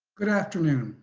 good afternoon.